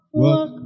walk